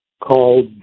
called